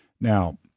Now